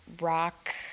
rock